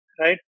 Right